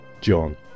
John